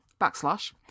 Backslash